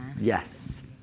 Yes